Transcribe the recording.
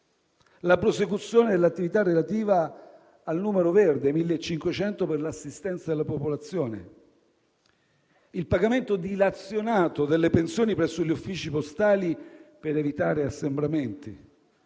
la prosecuzione dell'attività relativa al numero verde 1500 per l'assistenza alla popolazione; il pagamento dilazionato delle pensioni presso gli uffici postali per evitare assembramenti;